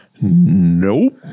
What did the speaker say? Nope